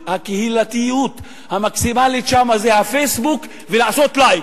הקהילתיות המקסימלית שם זה ה"פייסבוק" ולעשות "לייק".